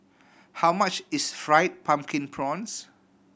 how much is Fried Pumpkin Prawns